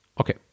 Okay